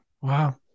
Wow